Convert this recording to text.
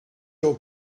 your